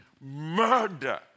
murder